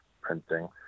printing